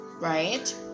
right